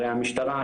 הרי המשטרה,